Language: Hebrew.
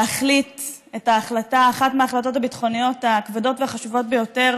להחליט אחת מההחלטות הביטחוניות הכבדות והחשובות ביותר,